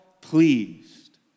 pleased